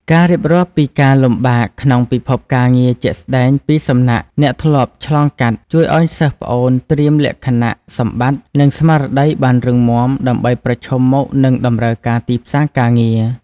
ការរៀបរាប់ពីការលំបាកក្នុងពិភពការងារជាក់ស្ដែងពីសំណាក់អ្នកធ្លាប់ឆ្លងកាត់ ជួយឱ្យសិស្សប្អូនត្រៀមលក្ខណៈសម្បត្តិ និងស្មារតីបានរឹងមាំ ដើម្បីប្រឈមមុខនឹងតម្រូវការទីផ្សារការងារ។